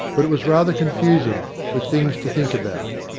but it was rather confusing, with things to think about.